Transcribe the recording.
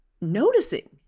noticing